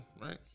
Right